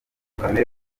kamere